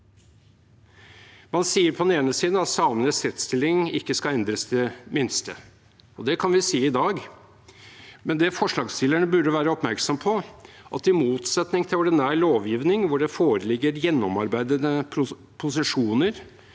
så viktig. Man sier at samenes rettsstilling ikke skal endres det minste. Det kan vi si i dag, men det forslagsstillerne burde være oppmerksomme på, er at i motsetning til ordinær lovgivning, hvor det foreligger gjennomarbeidede proposisjoner